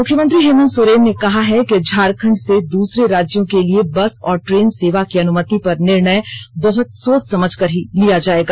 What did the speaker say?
मुख्यमंत्री हेमन्त सोरेन ने कहा है कि झारखंड से दूसरे राज्यों के लिए बस और ट्रेन सेवा की अनुमति पर निर्णय बहुत सोच समझकर ही लिया जायेगा